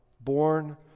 born